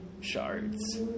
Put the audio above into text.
shards